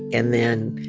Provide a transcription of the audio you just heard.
and then